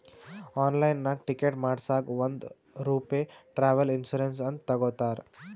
ಆನ್ಲೈನ್ನಾಗ್ ಟಿಕೆಟ್ ಮಾಡಸಾಗ್ ಒಂದ್ ರೂಪೆ ಟ್ರಾವೆಲ್ ಇನ್ಸೂರೆನ್ಸ್ ಅಂತ್ ತಗೊತಾರ್